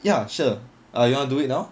ya sure ah you want to do it now